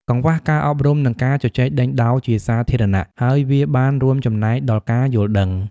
កង្វះការអប់រំ និងការជជែកដេញដោលជាសាធារណៈ ហើយវាបានរួមចំណែកដល់ការយល់ដឹង។